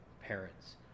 parents